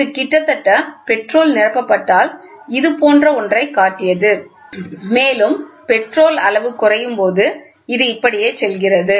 இது கிட்டத்தட்ட பெட்ரோல் நிரப்பப்பட்டால் இது போன்ற ஒன்றைக் காட்டியது மேலும் பெட்ரோல் அளவு குறையும் போது இது இப்படியே செல்கிறது